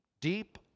deep